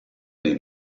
dei